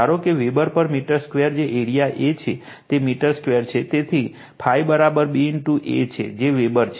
ધારો કે વેબર પર મીટર સ્ક્વેર જે એરિઆ A છે તે મીટર સ્ક્વેર છે તેથી ∅ B A છે જે વેબર છે